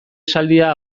esaldia